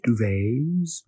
duvets